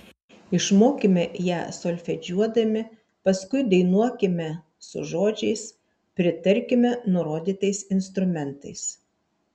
išmokime ją solfedžiuodami paskui dainuokime su žodžiais pritarkime nurodytais instrumentais